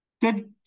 Good